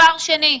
דבר שני,